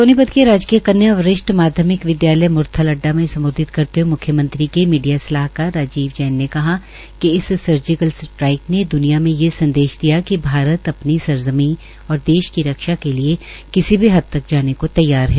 सोनीपत के राजकीय कन्या वरिष्ठ माध्यमिक विदयालय मुरथल अड्डा में सम्बोधित करते हुए मुख्यमंत्री के मीडिया सलाहकार राजीव जैन ने कहा कि इस सर्जिकल स्ट्राईक ने दुनिया में ये संदेश दिया है कि भारत अपनी सरजर्मी और देश की रक्षा के लिए किसी भी हद तक जाने के तैयार है